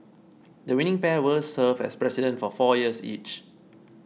the winning pair will serve as President for four years each